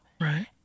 Right